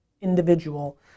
individual